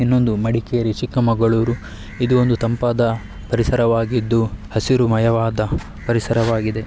ಇನ್ನೊಂದು ಮಡಿಕೇರಿ ಚಿಕ್ಕಮಗಳೂರು ಇದು ಒಂದು ತಂಪಾದ ಪರಿಸರವಾಗಿದ್ದು ಹಸಿರುಮಯವಾದ ಪರಿಸರವಾಗಿದೆ